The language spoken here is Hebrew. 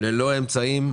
ללא אמצעים,